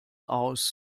aus